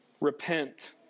repent